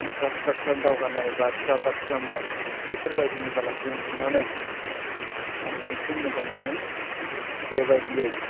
infrastructure दावगानाय बा startup खालामनाय बेफोरबादिनि बेलाखौ नुनानै आं बांसिन मोजां मोनो बेबायदियै